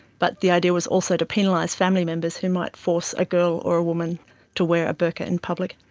but the idea was also to penalise family members who might force a girl or a woman to wear a burka in public.